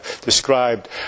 described